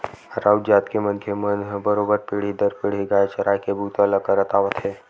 राउत जात के मनखे मन ह बरोबर पीढ़ी दर पीढ़ी गाय चराए के बूता ल करत आवत हे